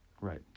right